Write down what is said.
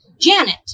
Janet